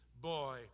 boy